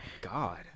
god